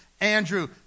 Andrew